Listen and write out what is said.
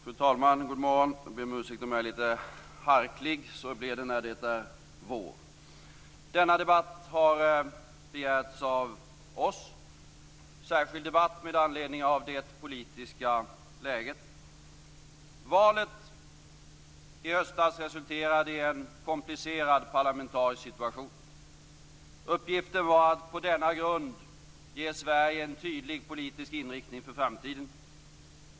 Fru talman! God morgon! Jag ber om ursäkt om jag är lite harklig. Så blir det när det är vår. Denna debatt har begärts av oss - en särskild debatt med anledning av det politiska läget. Valet i höstas resulterade i en komplicerad parlamentarisk situation. Uppgiften var att på denna grund ge Sverige en tydlig politisk inriktning för framtiden.